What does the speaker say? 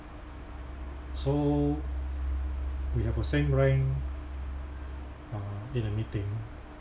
so we have the same rank uh in a meeting